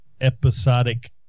episodic